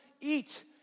Eat